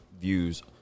views